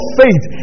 faith